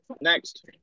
Next